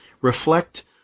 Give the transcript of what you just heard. reflect